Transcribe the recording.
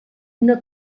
una